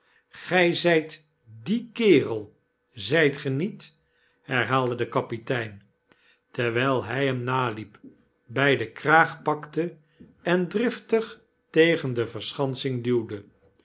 grij zyfc die kerel zijt ge niet herhaalde de kapitein terwyl hy hem naliep bij den kraag pakte en driftig tegen de verschansing duwde